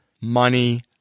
money